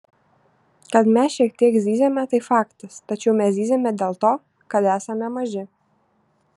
kad mes šiek tiek zyziame tai faktas tačiau mes zyziame dėl to kad esame maži